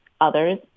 others